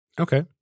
Okay